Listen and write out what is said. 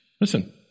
Listen